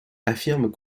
affirme